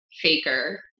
Faker